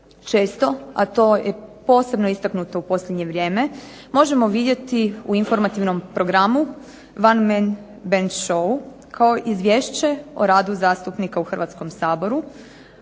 Često, a to je posebno istaknuto u posljednje vrijeme, možemo vidjeti u informativnom programu One man Ben shou kao izvješće o radu zastupnika u Hrvatskom saboru,